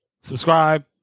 subscribe